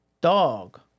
Dog